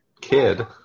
kid